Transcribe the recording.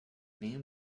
name